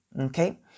okay